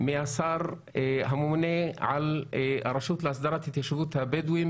מהשר הממונה על הרשות להסדרת התיישבות הבדואים